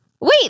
Wait